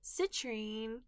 citrine